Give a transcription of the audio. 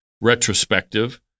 retrospective